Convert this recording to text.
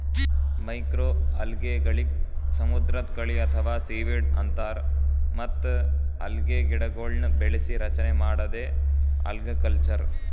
ಮೈಕ್ರೋಅಲ್ಗೆಗಳಿಗ್ ಸಮುದ್ರದ್ ಕಳಿ ಅಥವಾ ಸೀವೀಡ್ ಅಂತಾರ್ ಮತ್ತ್ ಅಲ್ಗೆಗಿಡಗೊಳ್ನ್ ಬೆಳಸಿ ರಚನೆ ಮಾಡದೇ ಅಲ್ಗಕಲ್ಚರ್